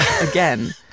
again